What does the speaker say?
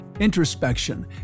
introspection